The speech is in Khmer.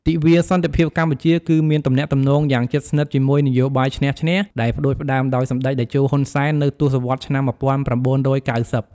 ទិវាសន្តិភាពកម្ពុជា គឺមានទំនាក់ទំនងយ៉ាងជិតស្និទ្ធជាមួយ នយោបាយឈ្នះ-ឈ្នះ ដែលផ្ដួចផ្ដើមដោយសម្ដេចតេជោ ហ៊ុន សែន នៅទសវត្សរ៍ឆ្នាំ ១៩៩០។